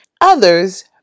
others